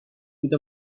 with